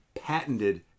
patented